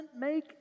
make